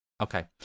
Okay